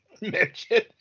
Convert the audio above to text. mention